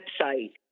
website